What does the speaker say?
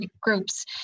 groups